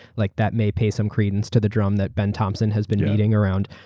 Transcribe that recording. like that may pay some credence to the drum that ben thompson has been beating around.